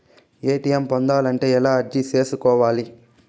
ATM పొందాలంటే ఎలా అర్జీ సేసుకోవాలి?